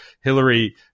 Hillary